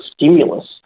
stimulus